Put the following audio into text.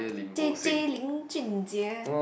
j_j-Lin Jun Jie